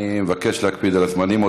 אני מבקש להקפיד על הזמנים.